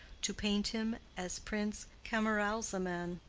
to paint him as prince camaralzaman.